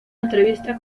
entrevista